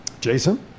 Jason